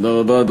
תודה רבה.